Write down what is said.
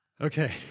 okay